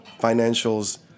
financials